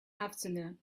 afternoon